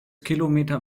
kilometer